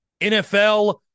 NFL